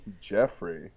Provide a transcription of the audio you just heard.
Jeffrey